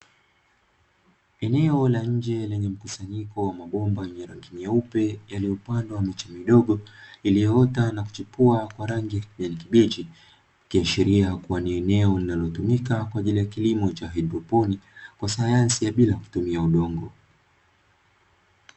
Eneo la nje lenye mkusanyiko wa mabomba, yenye rangi nyeupe yaliyopandwa miche midogo ilioota na kuchipua kwa rangi ya kijani kibichi, ikiashiria kuwa ni eneo linalotumika kwa ajili ya kilimo cha haidropoli kwa sayansi ya bila kutumia udongo.